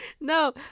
No